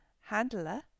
handler